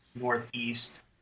northeast